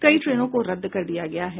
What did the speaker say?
कई ट्रेनों को रद्द कर दिया गया है